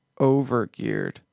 overgeared